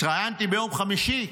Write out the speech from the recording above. התראיינתי ביום חמישי,